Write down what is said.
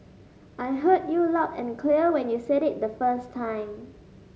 I heard you loud and clear when you said it the first time